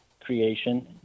creation